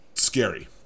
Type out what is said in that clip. Scary